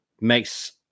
makes